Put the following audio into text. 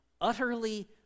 utterly